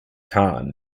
khan